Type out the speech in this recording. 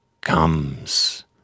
comes